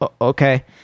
okay